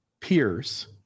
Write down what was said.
peers